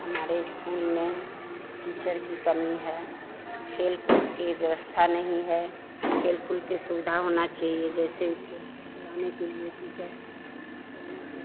हमारे इस्कूल में टीचर की कमी है खेलकूद की व्यवस्था नहीं है खेलकूद की सुविधा होनी चाहिए जैसे खेल खिलाने के लिए टीचर खेलने